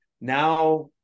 now